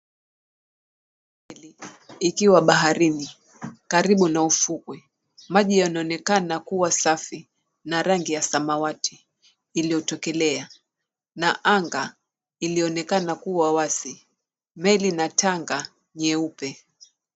Meli ikiwa baharini karibu na ufukwe. Maji yanaonekana kuwa safi na rangi ya samawati. Iliyotokelea. Na anga ilionekana kuwa wazi. Meli na tanga nyeupe.